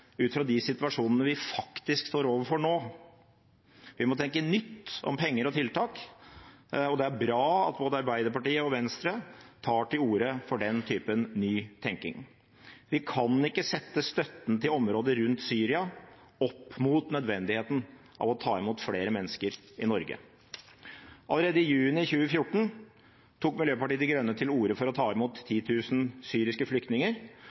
ut fra de situasjonene vi faktisk står overfor nå. Vi må tenke nytt om penger og tiltak, og det er bra at både Arbeiderpartiet og Venstre tar til orde for den typen ny tenking. Vi kan ikke sette støtten til områder rundt Syria opp mot nødvendigheten av å ta imot flere mennesker i Norge. Allerede i juni 2014 tok Miljøpartiet De Grønne til orde for å ta imot 10 000 syriske flyktninger,